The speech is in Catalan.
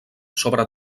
sobre